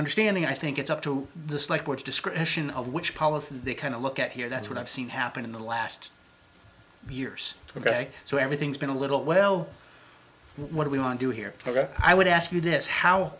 understanding i think it's up to this like what's discretion of which policy they kind of look at here that's what i've seen happen in the last years to gray so everything's been a little well what do we want to hear i would ask you this how